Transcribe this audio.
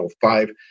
five